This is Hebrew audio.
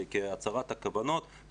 כהצהרת כוונות,